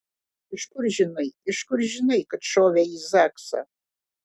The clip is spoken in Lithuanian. iš kur žinai iš kur žinai kad šovė į zaksą